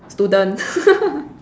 student